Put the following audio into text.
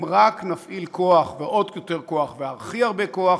אם רק נפעיל כוח ועוד יותר כוח, והכי הרבה כוח,